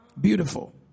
Beautiful